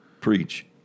preach